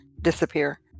disappear